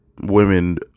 women